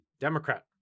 Democrat